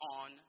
on